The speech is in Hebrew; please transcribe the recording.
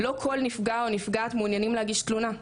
לא כל נפגע או נפגעת מעוניינים להגיש תלונה.